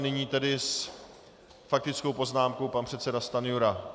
Nyní s faktickou poznámkou pan předseda Stanjura.